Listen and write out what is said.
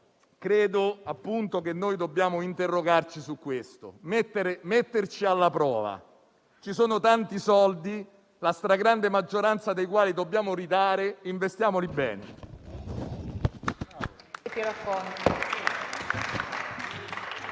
Credo che dobbiamo interrogarci su questo e metterci alla prova. Ci sono tanti soldi, la stragrande maggioranza dei quali dobbiamo restituire, quindi investiamoli bene.